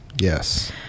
yes